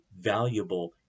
valuable